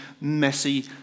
messy